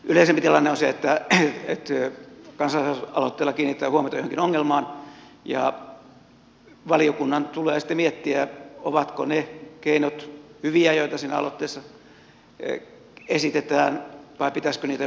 yleisempi tilanne on se että kansalaisaloitteella kiinnitetään huomiota johonkin ongelmaan ja valiokunnan tulee sitten miettiä ovatko ne keinot joita siinä aloitteessa esitetään hyviä vai pitäisikö niitä jotenkin jalostaa